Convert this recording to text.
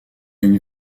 une